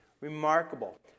Remarkable